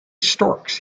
storks